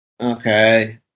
Okay